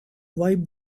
wipe